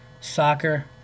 Soccer